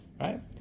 right